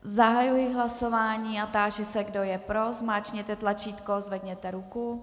Zahajuji hlasování a táži se, kdo je pro, zmáčkněte tlačítko, zvedněte ruku.